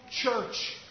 church